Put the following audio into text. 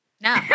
No